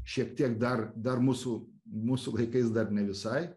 šiek tiek dar dar mūsų mūsų laikais dar ne visai